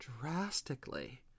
drastically